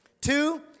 Two